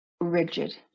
rigid